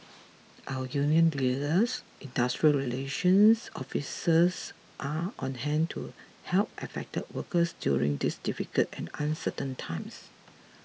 our union leaders industrial relations officers are on hand to help affected workers during these difficult and uncertain times